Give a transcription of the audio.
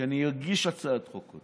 שאני עוד אגיש הצעת חוק,